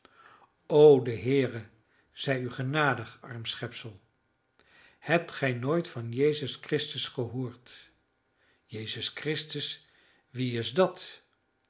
o de heere zij u genadig arm schepsel hebt gij nooit van jezus christus gehoord jezus christus wie is dat